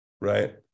Right